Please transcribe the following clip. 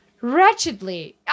wretchedly